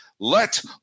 Let